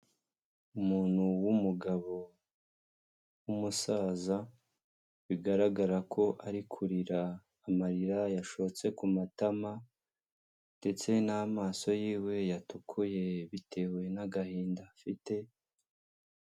Umuntu w'umugabo w'umusaza, bigaragara ko ari kurira amarira yashotse ku matama ndetse n'amaso yiwe yatukuye bitewe n'agahinda afite.